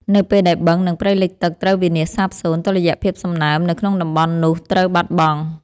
នៅពេលដែលបឹង និងព្រៃលិចទឹកត្រូវវិនាសសាបសូន្យ តុល្យភាពសំណើមនៅក្នុងតំបន់នោះត្រូវបាត់បង់។